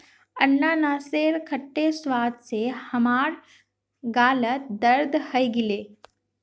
अनन्नासेर खट्टे स्वाद स हमार गालत दर्द हइ गेले